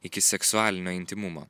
iki seksualinio intymumo